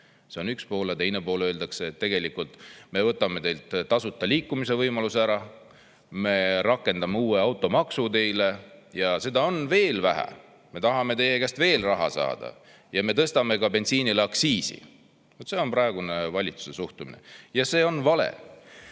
See on üks pool. Ja teine pool: öeldakse, et tegelikult me võtame teilt tasuta liikumise võimaluse ära, rakendame teile uut automaksu, ja seda on veel vähe: me tahame teie käest veel raha saada ja me tõstame ka bensiiniaktsiisi. See on praeguse valitsuse suhtumine ja see on vale.